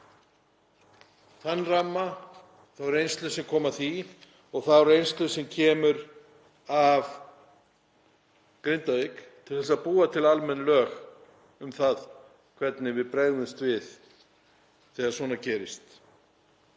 þann ramma, þá reynslu sem kom af því og þá reynslu sem kemur af Grindavík til að búa til almenn lög um það hvernig við bregðumst við þegar svona gerist,